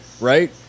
Right